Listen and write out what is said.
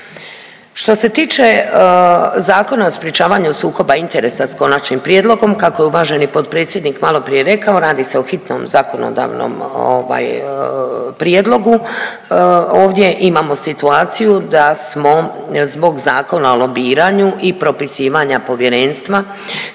Što se tiče Zakona o sprječavanju sukoba interesa s konačnim prijedlogom, kako je uvaženi potpredsjednik maloprije rekao, radi se o hitnom zakonodavnom ovaj prijedlogu. Ovdje imamo situaciju da smo zbog Zakona o lobiranju i propisivanja Povjerenstva